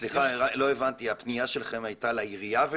סליחה, אני לא הבנתי, הפנייה שלכם הייתה לעירייה?